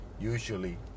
usually